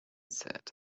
said